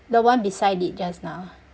the one beside it just now